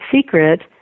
secret